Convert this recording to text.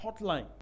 Hotline